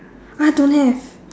oh don't have